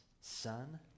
son